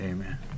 Amen